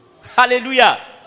Hallelujah